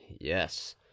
yes